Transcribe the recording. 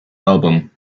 album